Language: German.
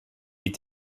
die